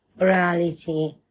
reality